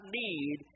need